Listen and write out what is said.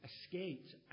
escaped